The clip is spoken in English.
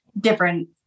different